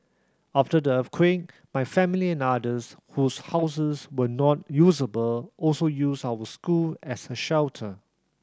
after the earthquake my family and others whose houses were not usable also used our school as a shelter